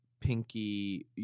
pinky